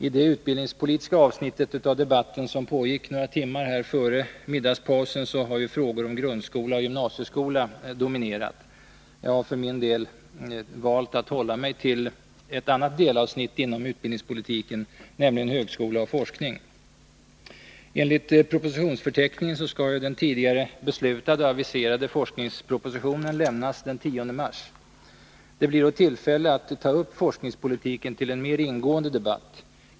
I det utbildningspolitiska avsnittet av debatten, som pågick några timmar före middagspausen, har frågor om grundskola och gymnasieskola dominerat. Jag har för min del valt att hålla mig till ett annat delavsnitt inom utbildningspolitiken, nämligen högskola och forskning. Enligt propositionsförteckningen skall den tidigare beslutade och aviserade forskningspropositionen lämnas den 10 mars. Det blir då tillfälle att ta upp forskningspolitiken till en mer ingående debatt.